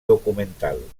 documental